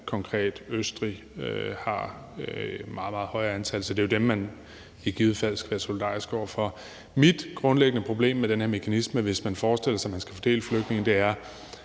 har et meget, meget højere antal, så det er jo dem, som man i givet fald skal være solidarisk over for. Mit grundlæggende problem med den her mekanisme, hvis man forestiller sig, at man skal fordele flygtninge, er,